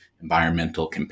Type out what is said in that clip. environmental